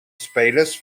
spelers